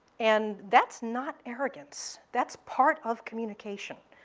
and that's not arrogance. that's part of communication.